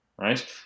right